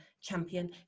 champion